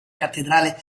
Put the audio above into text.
cattedrale